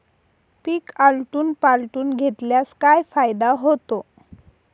पीक आलटून पालटून घेतल्यास काय फायदा होतो?